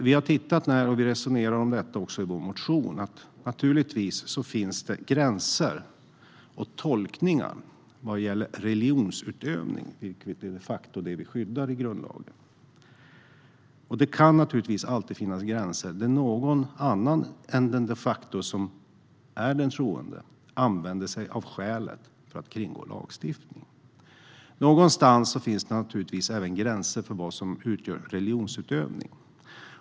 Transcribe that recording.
Vi har resonerat om detta i vår motion. Naturligtvis finns det olika tolkningar vad gäller religionsutövning, som de facto skyddas i grundlagen. Det ska naturligtvis alltid finnas gränser så att inte någon annan än den som de facto är troende kan använda sig av detta skäl för att kringgå lagstiftningen. Någonstans finns det naturligtvis även gränser för vad som utgör religionsutövning.